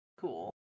cool